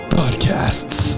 podcasts